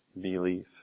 belief